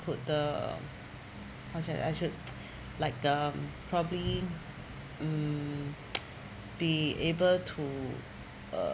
put the how to say I should like um probably um be able to uh